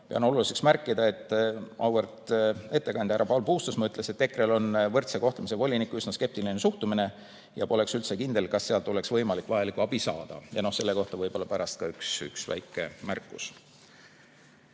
Pean oluliseks märkida, et auväärt ettekandja härra Paul Puustusmaa ütles, et EKRE-l on võrdse kohtlemise volinikku üsna skeptiline suhtumine, pole üldse kindel, et sealt oleks võimalik vajalikku abi saada. Selle kohta võib-olla pärast ka üks väike märkus.